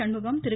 Shanmugam Thiru